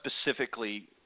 specifically